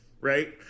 right